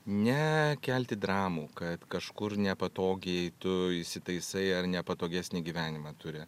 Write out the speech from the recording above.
ne kelti dramų kad kažkur nepatogiai tu įsitaisai ar nepatogesnį gyvenimą turi